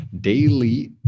daily